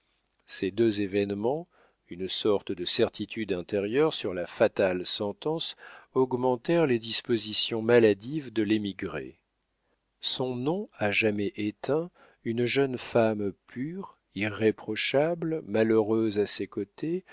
ces deux événements une sorte de certitude intérieure sur la fatale sentence augmentèrent les dispositions maladives de l'émigré son nom à jamais éteint une jeune femme pure irréprochable malheureuse à ses côtés